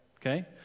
Okay